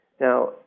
Now